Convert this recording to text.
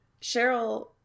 Cheryl